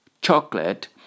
Chocolate